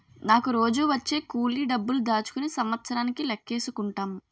నాకు రోజూ వచ్చే కూలి డబ్బులు దాచుకుని సంవత్సరానికి లెక్కేసుకుంటాం